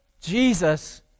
Jesus